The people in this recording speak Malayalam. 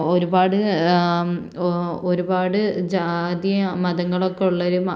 ഒരുപാട് ഒ ഒരുപാട് ജാതി മതങ്ങളൊക്കെ ഉള്ളവർ